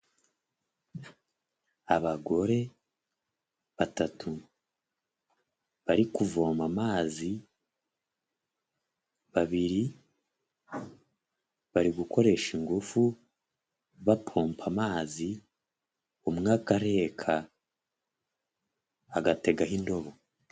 Abagore batatu bari kuvoma amazi, babiri bari gukoresha ingufu bapompa amazi, umwe akareka, agategaho indobo.